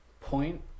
point